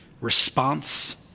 response